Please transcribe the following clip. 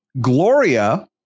Gloria